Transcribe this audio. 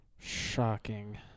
Shocking